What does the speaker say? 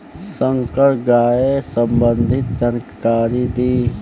संकर गाय संबंधी जानकारी दी?